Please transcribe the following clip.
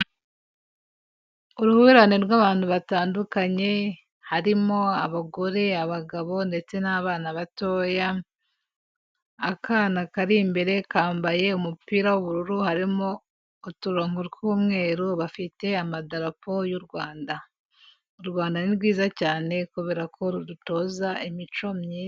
Uruhurirane rw'abantu batandukanye, harimo abagore, abagabo, ndetse n'abana batoya, akana kari imbere kambaye umupira w'ubururu harimo uturongo tw'umweru, bafite amadarapo y'urwanda. U rwanda ni rwiza cyane, kubera ko rudutoza imico myiza.